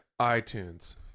iTunes